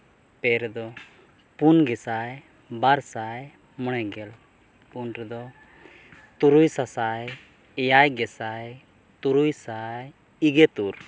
ᱯᱮ ᱨᱮᱫᱚ ᱯᱩᱱ ᱜᱮᱥᱟᱭ ᱵᱟᱨ ᱥᱟᱭ ᱢᱚᱬᱮ ᱜᱮᱞ ᱯᱩᱱ ᱨᱮᱫᱚ ᱛᱩᱨᱩᱭ ᱥᱟᱥᱟᱭ ᱮᱭᱟᱭ ᱜᱮᱥᱟᱭ ᱛᱩᱨᱩᱭ ᱥᱟᱭ ᱤᱜᱮ ᱛᱩᱨ